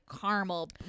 Caramel